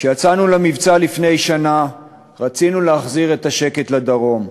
כשיצאנו למבצע לפני שנה רצינו להחזיר את השקט לדרום.